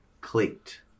clicked